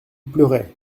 pleurait